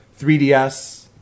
3DS